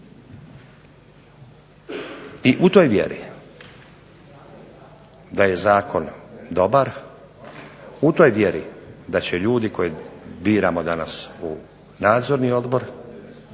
I u toj vjeri da je zakon dobar, u toj vjeri da će ljudi koje biramo danas u nadzorni odbor